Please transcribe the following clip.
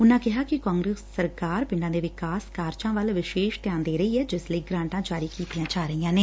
ਉਨਾਂ ਕਿਹਾ ਕਿ ਕਾਂਗਰਸ ਸਰਕਾਰ ਪਿੰਡਾਂ ਦੇ ਵਿਕਾਸ ਕਾਰਜਾਂ ਵਲ ਵਿਸ਼ੇਸ਼ ਧਿਆਨ ਦੇ ਰਹੀ ਐ ਜਿਸ ਲਈ ਗ੍ਰਾਂਟਾਂ ਜਾਰੀ ਕੀਤੀਆਂ ਜਾ ਰਹੀਆਂ ਨੇ